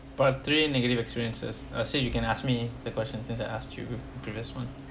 part three negative experiences uh so you can ask me the question since I asked you previous one